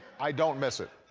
i don't miss it.